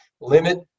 limit